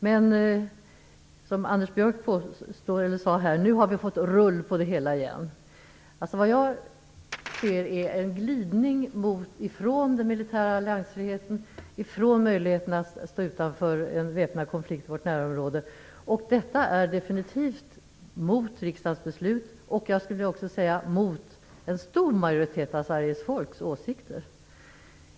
Men nu är vi, som Anders Björck sade, på Jag ser en glidning från den militära alliansfriheten, från möjligheten att stå utanför en väpnad konflikt i vårt närområde. Detta går definitivt emot riksdagens beslut. Och jag skulle också vilja säga att det går emot en stor majoritet av det svenska folkets åsikter.